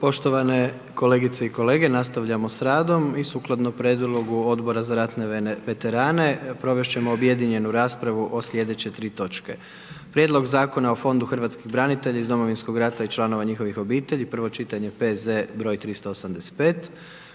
Poštovane kolegice i kolega, nastavljamo s radom i sukladno prijedlogu Odbora za ratne veterane provest ćemo objedinjenu raspravu o slijedeće tri točke: - Prijedlog Zakona o Fondu hrvatskih branitelja iz Domovinskog rata i članova njihovih obitelji, prvo čitanje, P.Z. br. 385